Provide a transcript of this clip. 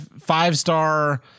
five-star